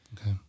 Okay